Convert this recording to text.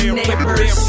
neighbors